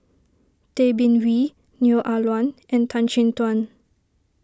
Tay Bin Wee Neo Ah Luan and Tan Chin Tuan